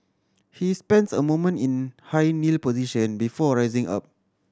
he spends a moment in high kneel position before rising up